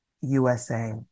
USA